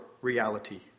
reality